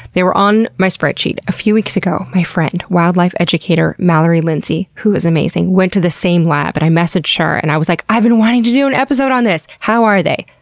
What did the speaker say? they were on my spreadsheet. a few weeks ago, my friend, wildlife educator mallory lindsey, who is amazing, went to the same lab! but i messaged her and i was like, i've been wanting to do an episode on this. how are they?